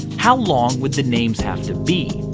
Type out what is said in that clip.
how long would the names have to be?